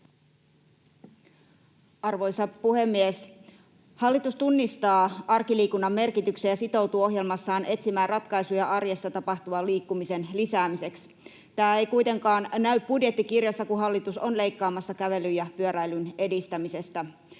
Arvoisa puhemies! Hallitus tunnistaa arkiliikunnan merkityksen ja sitoutuu ohjelmassaan etsimään ratkaisuja arjessa tapahtuvan liikkumisen lisäämiseksi. Tämä ei kuitenkaan näy budjettikirjassa, kun hallitus on leikkaamassa kävelyn ja pyöräilyn edistämisestä.